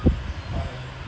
ya hours flexible